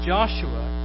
Joshua